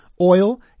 oil